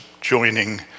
joining